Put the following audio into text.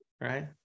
right